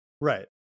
Right